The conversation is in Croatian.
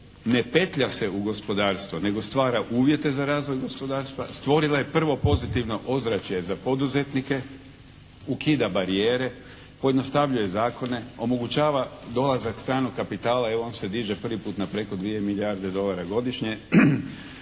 ne petlja se u gospodarstvo nego stvara uvjete za razvoj gospodarstva, stvorila je prvo pozitivno ozračje za poduzetnike, ukida barijere, pojednostavljuje zakone, omogućava dolazak stranog kapitala jer on se diže prvi put na preko 2 milijarde dolara godišnje,